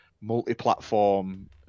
multi-platform